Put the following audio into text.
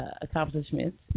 accomplishments